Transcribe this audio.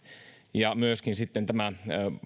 ja myöskin sitten tämä